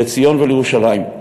לציון ולירושלים,